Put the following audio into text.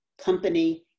company